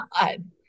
God